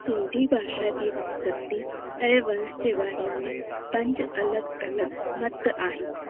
सिंधी भाषा जे उत्पति ऐं वंश जे बारे में पंज अलॻि अलॻि मत आहिनि